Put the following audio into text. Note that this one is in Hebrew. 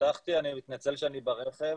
מתנצל שאני ברכב.